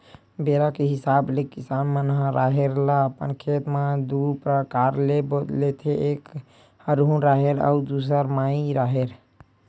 बेरा के हिसाब ले किसान मन ह राहेर ल अपन खेत म दू परकार ले लेथे एक हरहुना राहेर अउ दूसर माई राहेर